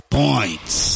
points